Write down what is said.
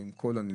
ועם כל הנלווה,